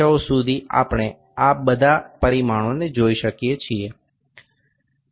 সুতরাং এই হল পরিমাপ d তারপরে এটি t T এবং t'